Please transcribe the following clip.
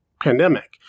pandemic